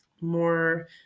more